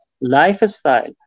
lifestyle